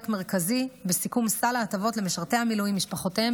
מרכזי בסיכום סל ההטבות למשרתי המילואים ומשפחותיהם,